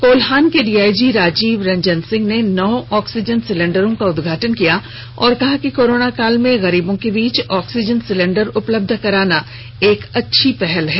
कोल्हान के डीआईजी राजीव रंजन सिंह ने नौ ऑक्सीजन सिलेंडरों का उदघाटन किया और कहा कि कोरोना काल में गरीबों के बीच ऑक्सीजन सिलेंडर उपलब्ध कराना एक अच्छी पहल है